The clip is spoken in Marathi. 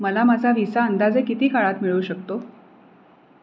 मला माझा व्हिसा अंदाजे किती काळात मिळू शकतो